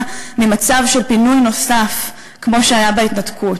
ממצב של פינוי נוסף כמו שהיה בהתנתקות.